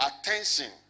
attention